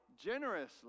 generously